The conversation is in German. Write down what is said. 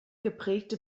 geprägte